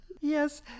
Yes